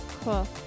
Cool